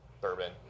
bourbon